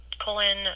colon